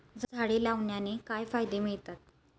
झाडे लावण्याने काय फायदे मिळतात?